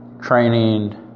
training